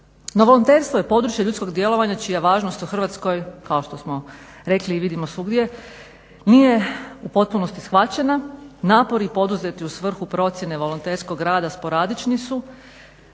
No volonterstvo je područje ljudskog djelovanja čija važnost u Hrvatskoj kao što smo rekli i vidimo svugdje nije u potpunosti shvaćena. Napori poduzeti u svrhu procjene volonterskog rada sporadični su